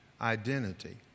identity